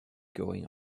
going